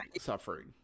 suffering